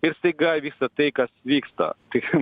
ir staiga vyksta tai kas vyksta tik